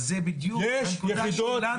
אז זו בדיוק הנקודה שלנו.